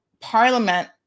Parliament